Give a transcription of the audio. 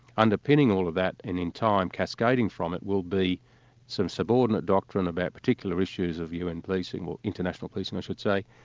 underpinning all of that, and in time cascading from it, will be some subordinate doctrine about particular issues of un policing, or international policing, i should say,